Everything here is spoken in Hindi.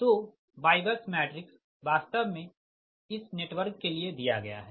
तो YBUS मैट्रिक्स वास्तव में इस नेटवर्क के लिए दिया गया है